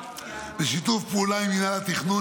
בשיתוף פעולה עם מינהל התכנון,